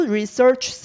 Research